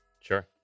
Sure